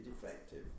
defective